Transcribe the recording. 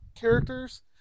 characters